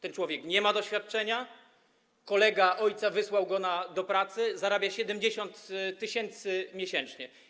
Ten człowiek nie ma doświadczenia, kolega ojca wysłał go do pracy, zarabia 70 tys. miesięcznie.